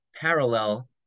parallel